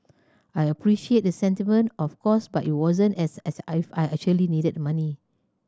I appreciate the sentiment of course but it wasn't as if I I actually needed money